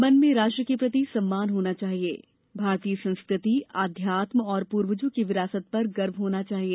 मन में राष्ट्र के प्रति सम्मान होना चाहिए भारतीय संस्कृति अध्यात्म और पूर्वजों की विरासत पर गर्व होना चाहिए